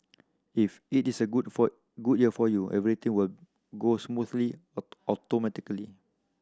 if it is a good for good year for you everything will go smoothly automatically